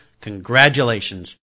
congratulations